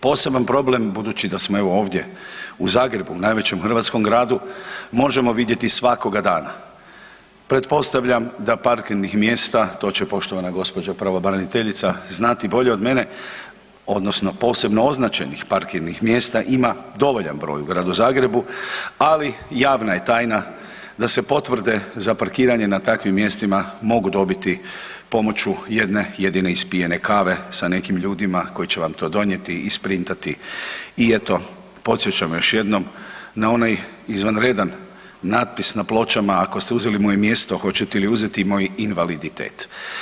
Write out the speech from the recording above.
Poseban problem, budući da smo evo ovdje u Zagrebu, najvećem hrvatskom gradu možemo vidjeti svakoga dana pretpostavljam da parkirnih mjesta, to će poštovana gospođa pravobraniteljica znati bolje od mene odnosno posebno označenih parkirnih mjesta ima dovoljan broj u Gradu Zagrebu, ali javna je tajna da se potvrde za parkiranje na takvim mjestima mogu dobiti pomoću jedne jedine ispijene kave sa nekim ljudima koji će vam to donijeti, isprintati i eto podsjećam još jednom na onaj izvanredan natpis na pločama, ako ste uzeti moje mjesto hoćete li uzeti i moj invaliditet.